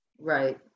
Right